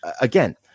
Again